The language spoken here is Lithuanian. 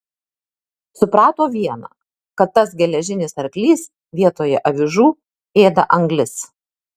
suprato viena kad tas geležinis arklys vietoje avižų ėda anglis